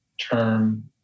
term